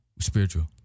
Spiritual